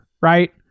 right